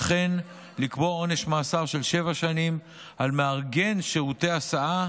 וכן לקבוע עונש מאסר של שבע שנים על מארגן שירותי הסעה,